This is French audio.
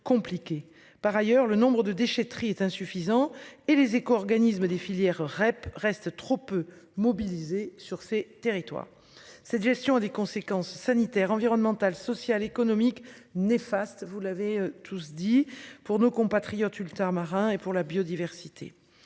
Par ailleurs, le nombre de déchetterie est insuffisant et Les Échos organismes des filières REP reste trop peu mobilisés sur ces territoires. Cette gestion des conséquences sanitaires et environnementales, sociales, économiques néfastes. Vous l'avez tous dit pour nos compatriotes ultramarins et pour la biodiversité.